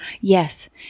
yes